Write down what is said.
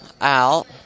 Out